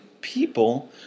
people